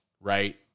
right